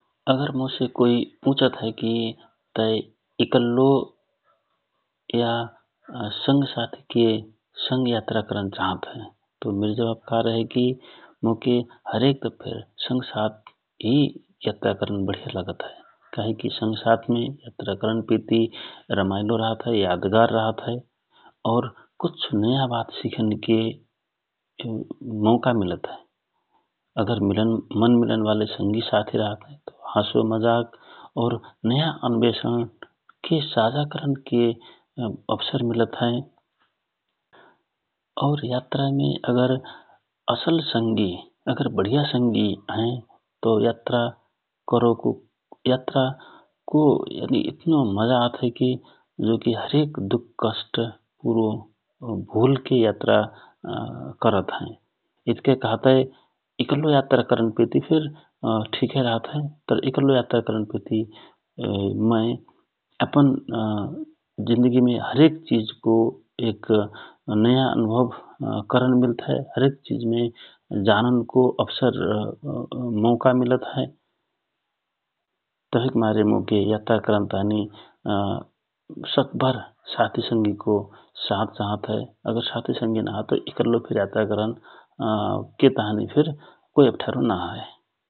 अगत मोसे कोइ पुछ त हए कि तय इकल्लो या संग साथिके संग यात्रा करन चाहत हए । तव मिर जवाफ का रह्यहए कि मोके हरे दफ्फेर संग साथ हि यात्रा करन बढिया लगत हए । काहेकि संग साथ मे यात्रा करन पेति रमाइलो रहत हए ,यादगार और कुछ नयाँ वात सिखन के मौका मिलत हए । अगर मन मिलन बारे संगि साथि रहत हए और नयाँ अन्वेषण साझा करनके अवसर मिलत हए और यात्रामे अगर असल संगि या वढिया संगि हए कहेसे यात्रामे इतनो मजा आत हए कि हरेक दुःख भुलके यात्रा करत हए । इतकय कहतय इकल्लो यात्रा करन पेति फिर ठिकय रहत हए तर इकल्लो यात्रा करन पेति अपन जिन्दिको हरेक पलको एक नयाँ अनुभव करन मिलत हए । हरेक चिज जानको अवसर मौका मिलत हए, तहिक मारे मोके यात्रा करन ताँहि सकभर साथि संगिको साथ चाहत हए । साथि संगि नभए त इकल्लो फिर यात्रा करनके ताँहि फिरकोइ अप्ठ्यारो नहए ।